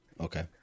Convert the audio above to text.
Okay